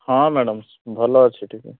ହଁ ମ୍ୟାଡ଼ାମ୍ ଭଲ ଅଛି ଟିକେ